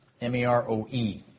M-E-R-O-E